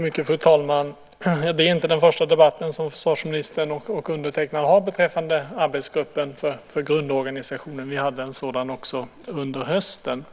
Fru talman! Det är inte den första debatten som försvarsministern och undertecknad har beträffande arbetsgruppen för grundorganisationen. Vi hade en sådan också under hösten,